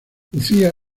lucía